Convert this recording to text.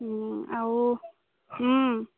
আৰু